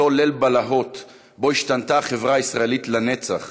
אותו ליל בלהות שבו השתנתה החברה הישראלית לנצח,